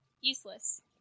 useless